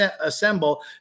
assemble